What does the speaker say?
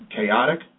chaotic